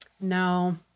No